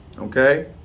Okay